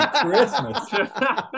Christmas